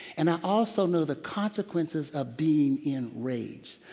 and i also know the consequences of being enraged.